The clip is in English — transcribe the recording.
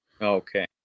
Okay